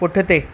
पुठिते